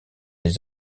les